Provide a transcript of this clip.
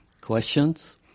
Questions